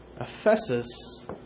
Ephesus